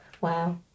Wow